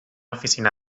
oficina